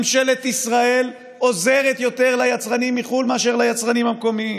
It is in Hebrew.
ממשלת ישראל עוזרת ליצרנים מחו"ל יותר מאשר ליצרנים המקומיים.